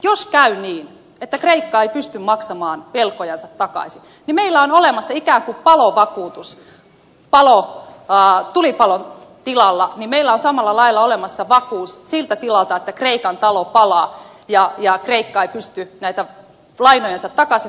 jos käy niin että kreikka ei pysty maksamaan velkojansa takaisin niin meillä on olemassa ikään kuin palovakuutus tulipalon varalta meillä on samalla lailla olemassa vakuus siltä varalta että kreikan talo palaa ja kreikka ei pysty näitä lainojansa takaisin maksamaan